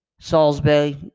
Salisbury